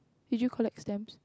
did you collect stamps